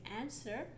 answer